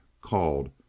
called